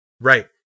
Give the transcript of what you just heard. Right